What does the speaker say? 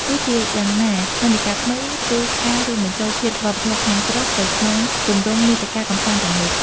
ទោះជាយ៉ាងណា និន្នាការថ្មីគឺការ រួមបញ្ចូល ធាតុវប្បធម៌ក្នុងស្រុកទៅក្នុងទម្រង់មាតិកាកម្សាន្តទាំងនោះ។